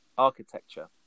Architecture